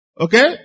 Okay